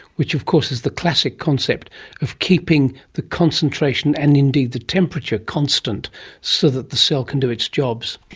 which of course is the classic concept of keeping the concentration and indeed the temperature constant so that the cell can do its jobs.